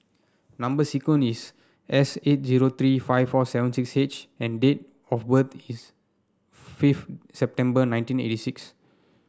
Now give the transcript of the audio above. number sequence is S eight zero three five four seven six H and date of web is fifth September nineteen eighty six